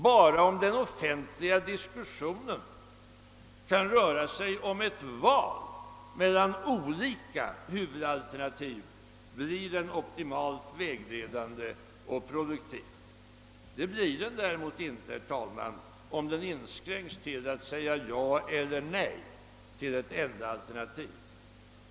Bara om den offentliga diskussionen kan röra sig om ett val mellan olika huvudalternativ blir den optimalt vägledande och produktiv. Det blir den däremot inte om den inskränks till att säga ja eller nej till ett enda alternativ.